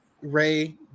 Ray